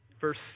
Verse